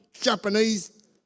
Japanese